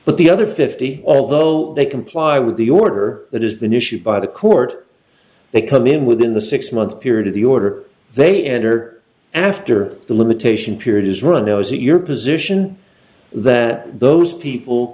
but the other fifty though they comply with the order that has been issued by the court they come in within the six month period of the order they enter after the limitation period is run knows your position that those people